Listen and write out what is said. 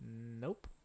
Nope